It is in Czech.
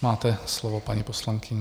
Máte slovo, paní poslankyně.